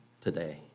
today